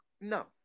no